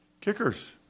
kickers